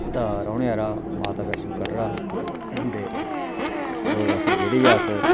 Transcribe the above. दा रौह्ने आहला माता वैश्णो कटड़ा ते ओह्दे आस्तै जेह्ड़ी बी अस